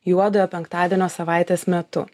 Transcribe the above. juodojo penktadienio savaitės metu